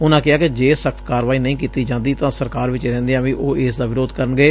ਉਨਾਂ ਕਿਹਾ ਕਿ ਜੇ ਸਖ਼ਤੇ ਕਾਰਵਾਈ ਨਹੀ ਕੀਡੀ ਜਾਂਦੀ ਤਾਂ ਸਰਕਾਰ ਵਿਚ ਰਹਿੰਦੀਆਂ ਵੀ ਉਹ ਇਸ ਦਾ ਵਿਰੋਧ ਕਰਨਗੇ